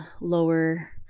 lower